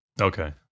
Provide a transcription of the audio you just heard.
okay